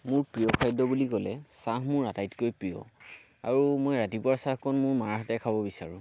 মোৰ প্ৰিয় খাদ্য বুলি ক'লে চাহ মোৰ আটাইতকৈ প্ৰিয় আৰু মই ৰাতিপুৱাৰ চাহকন মোৰ মাৰ হাতেৰে খাব বিচাৰোঁ